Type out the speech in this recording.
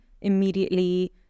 immediately